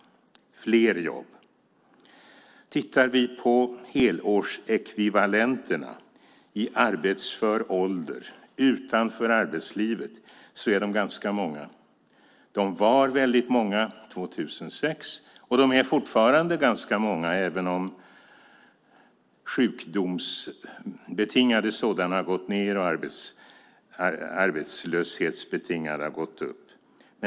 Först vill jag ta upp detta med fler jobb. Tittar vi på helårsekvivalenterna i arbetsför ålder utanför arbetslivet kan vi se att de är ganska många. De var ganska många 2006, och de är fortfarande ganska många, även om sjukdomsbetingade sådana har gått ned och de arbetslöshetsbetingade har gått upp.